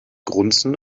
grunzen